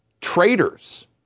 traitors